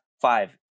five